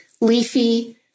leafy